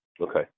Okay